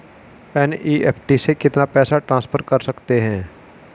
NEFT से कितना पैसा ट्रांसफर कर सकते हैं?